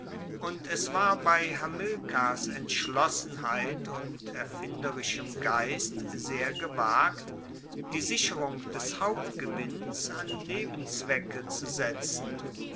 und es war bei hamilkars entschlossenheit und erfinderischem geist sehr gewagt die sicherung des hauptgewinns an nebenzwecke zu setzen